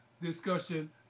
discussion